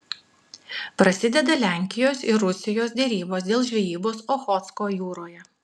prasideda lenkijos ir rusijos derybos dėl žvejybos ochotsko jūroje